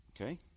okay